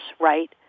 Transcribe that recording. right